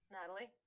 Natalie